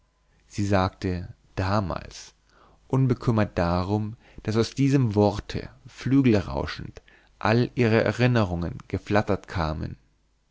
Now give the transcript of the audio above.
sie sagte damals unbekümmert darum daß aus diesem worte flügelrauschend all ihre erinnerungen geflattert kamen